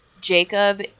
Jacob